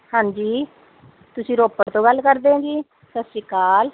ਹਾਂਜੀ ਤੁਸੀਂ ਰੋਪੜ ਤੋਂ ਗੱਲ ਕਰਦੇ ਹੋ ਜੀ ਸਤਿ ਸ਼੍ਰੀ ਅਕਾਲ